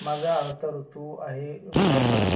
माझा आवडता ऋतू आहे पावसाळा